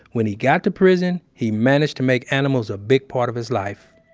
when he got to prison, he managed to make animals a big part of his life